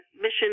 mission